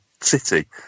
city